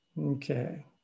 Okay